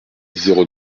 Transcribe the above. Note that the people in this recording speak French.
zéro